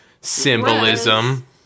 symbolism